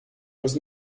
was